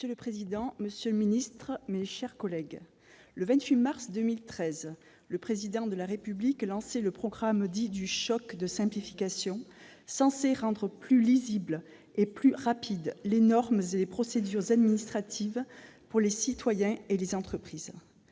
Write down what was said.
Monsieur le président, monsieur le secrétaire d'État, mes chers collègues, le 28 mars 2013, le Président de la République lançait le programme dit du « choc de simplification », censé rendre plus lisibles et plus rapides les normes et les procédures administratives pour les citoyens et les entreprises.